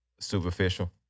superficial